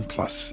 Plus